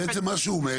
אז בעצם מה שהוא אומר,